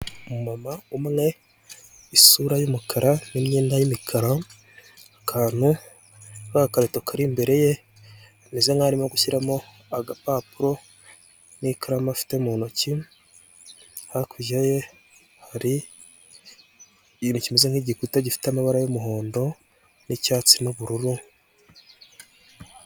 Umumama umwe isura y'umukara n'imyenda y'imikara akantu k'agakarito kari imbere ye kameze nkaho ari gushiramo agapapuro n'ikaramu afite mu ntoki, hakurya ye hari ikintu kimeze nk'igikuta gifite amabara y'umuhondo n'icyatsi n'ubururu.